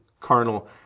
carnal